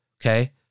Okay